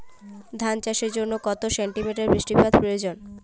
ধান চাষের জন্য কত সেন্টিমিটার বৃষ্টিপাতের প্রয়োজন?